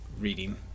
reading